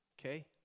Okay